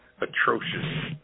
atrocious